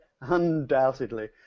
undoubtedly